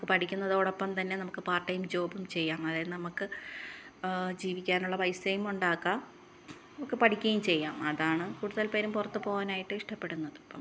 നമുക്ക് പഠിക്കുന്നതോട് ഒപ്പം തന്നെ നമുക്ക് പാർട്ട് ടൈം ജോബും ചെയ്യാം അതായത് നമുക്ക് ജീവിക്കാനുള്ള പൈസയും ഉണ്ടാക്കാം നമുക്ക് പഠിക്കുകയും ചെയ്യാം അതാണ് കൂടുതൽ പേരും പുറത്തു പോകാനായിട്ട് ഇഷ്ടപ്പെടുന്നത് ഇപ്പം